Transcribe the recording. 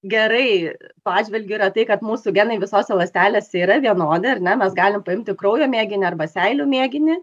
gerai tuo atžvilgiu yra tai kad mūsų genai visose ląstelėse yra vienodi ar ne mes galim paimti kraujo mėginio arba seilių mėginį